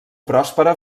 pròspera